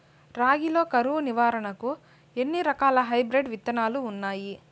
రాగి లో కరువు నివారణకు ఎన్ని రకాల హైబ్రిడ్ విత్తనాలు ఉన్నాయి